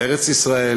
"ארץ-ישראל